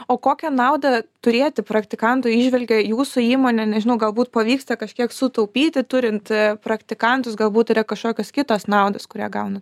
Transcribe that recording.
o kokia naudą turėti praktikantų įžvelgia jūsų įmonė nežinau galbūt pavyksta kažkiek sutaupyti turint praktikantus galbūt yra kažkokios kitos naudos kurią gaunat